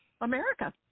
America